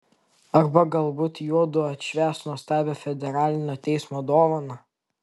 arba galbūt juodu atšvęs nuostabią federalinio teismo dovaną